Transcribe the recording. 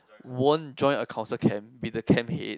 won't join the council camp be the camp head